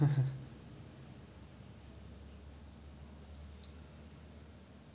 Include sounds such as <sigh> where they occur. <laughs>